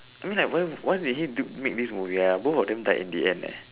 I mean like why why did he do make this movie ah both of them died in the end eh